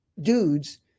dudes